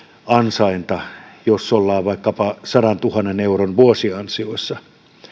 ansainta jos ollaan vaikkapa sadantuhannen euron vuosiansioissa